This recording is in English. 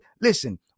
listen